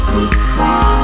Secret